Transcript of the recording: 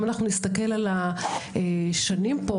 אם אנחנו נסתכל על השנים פה,